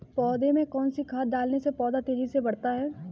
पौधे में कौन सी खाद डालने से पौधा तेजी से बढ़ता है?